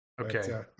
okay